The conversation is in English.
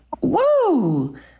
Woo